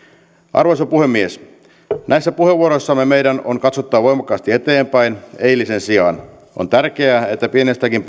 arvoisa puhemies näissä puheenvuoroissamme meidän on katsottava voimakkaasti eteenpäin eilisen sijaan on tärkeää että pienestäkin